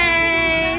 Hey